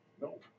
No